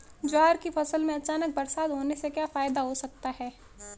ज्वार की फसल में अचानक बरसात होने से क्या फायदा हो सकता है?